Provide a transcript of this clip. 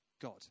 God